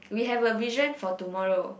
we have a vision for tomorrow